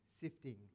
sifting